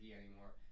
anymore